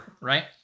Right